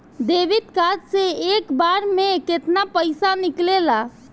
Debit card से एक बार मे केतना पैसा निकले ला?